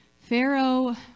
Pharaoh